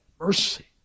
mercy